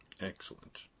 Excellent